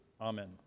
Amen